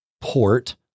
port